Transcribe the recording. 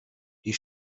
die